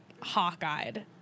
hawk-eyed